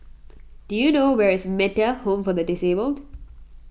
do you know where is Metta Home for the Disabled